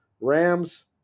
Rams